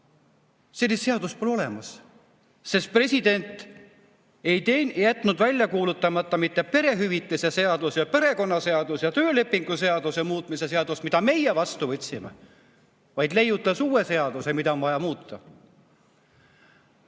sellist seadust pole olemas, sest president ei jätnud välja kuulutamata mitte perehüvitiste seaduse ja perekonnaseaduse ja töölepingu seaduse muutmise seadust, mille meie vastu võtsime, vaid leiutas uue seaduse, mida on vaja muuta. Ma